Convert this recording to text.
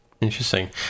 interesting